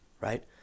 right